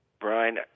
Brian